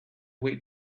wait